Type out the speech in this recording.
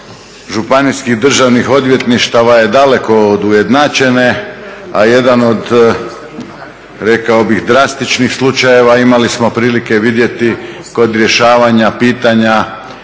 Županijskih držanih odvjetništava je daleko od ujednačene, a jedan od rekao bih drastičnih slučajeva imali smo prilike vidjeti kod rješavanja pitanja